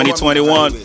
2021